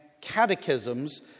catechisms